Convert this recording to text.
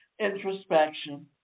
introspection